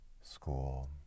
school